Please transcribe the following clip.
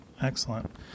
Excellent